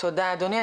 תודה אדוני,